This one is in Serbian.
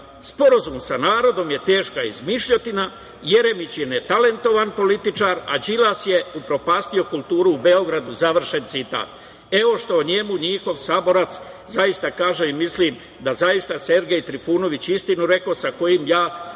Sporazum sa narodom je teška izmišljotina, Jeremić je netalentovan političar, a Đilas je upropastio kulturu u Beogradu“, završen citat. Evo šta o njemu njihov saborac zaista kaže. Mislim da je zaista Sergej Trifunović, sa kojim ja